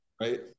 right